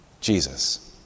Jesus